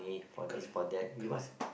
correct correct